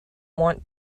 want